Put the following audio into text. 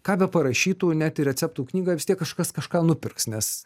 ką be parašytų net ir receptų knygą vis tiek kažkas kažką nupirks nes